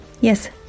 yes